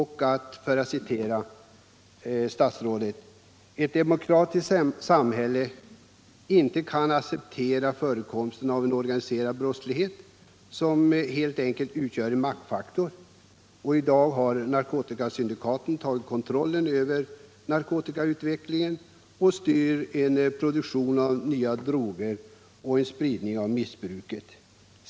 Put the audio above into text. Han fortsatte: ”Vidare kan ett demokratiskt samhälle inte acceptera förekomsten av en organiserad brottslighet som helt enkelt utgör en maktfaktor —-—-—-. I dag har narkotikasyndikaten tagit kontrollen över narkotikautvecklingen och styr en produktion av nya droger och en spridning av missbruket.